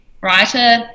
writer